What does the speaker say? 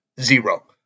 Zero